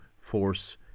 force